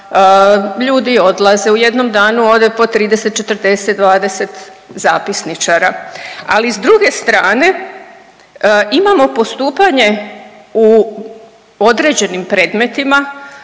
Ljudi odlaze. U jednom danu ode po 30, 40, 20 zapisničara. Ali s druge strane imamo postupanje u određenim predmetima